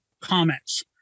comments